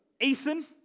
Ethan